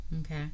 Okay